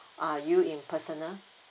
uh you in personal